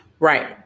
Right